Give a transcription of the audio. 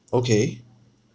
okay